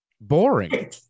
Boring